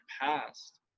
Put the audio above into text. past